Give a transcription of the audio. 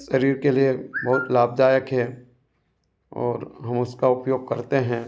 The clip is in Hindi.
शरीर के लिए बहुत लाभदायक है और हम उसका उपयोग करते हैं